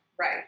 Right